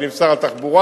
אבל אם שר התחבורה,